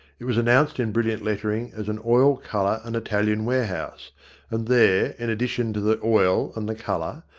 it was announced in brilliant lettering as an oil, colour and italian warehouse and there, in addition to the oil and the colour,